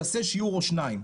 יעשה שיעור או שניים.